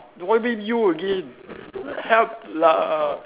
what mean you again help lah